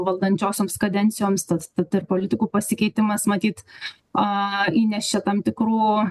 valdančiosioms kadencijoms tad tad ir politikų pasikeitimas matyt aaa įnešė tam tikrų